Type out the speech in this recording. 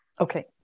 Okay